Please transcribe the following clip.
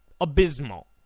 abysmal